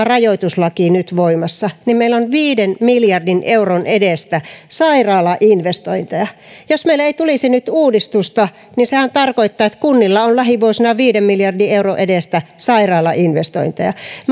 rajoituslaki nyt voimassa niin meillä on viiden miljardin euron edestä sairaalainvestointeja jos meille ei nyt tulisi uudistusta niin sehän tarkoittaisi että kunnilla olisi lähivuosina viiden miljardin euron edestä sairaalainvestointeja minä